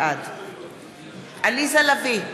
בעד עליזה לביא,